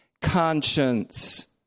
conscience